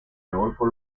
adolfo